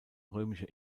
römische